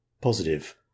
Positive